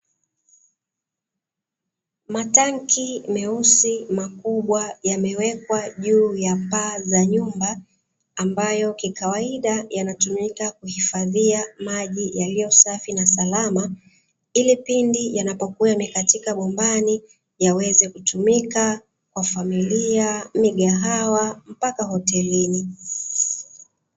Matanki meusi makubwa yamewekwa juu ya paa za nyumba ambayo kikawaida yanatumika kuhifadhia maji yaliyo safi na salama ilipindi yanapokuwa yamekatika bombani yaweze kutumika kwa familia, migahawa mpaka hotelini.